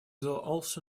also